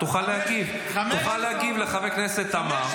תוכל להגיב לחבר הכנסת עמאר.